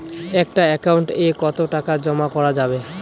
একটা একাউন্ট এ কতো টাকা জমা করা যাবে?